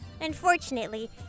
Unfortunately